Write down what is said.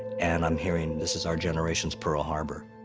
and i'm hearing, this is our generation's pearl harbor.